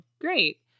great